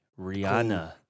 Rihanna